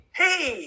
hey